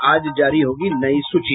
आज जारी होगी नयी सूची